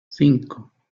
cinco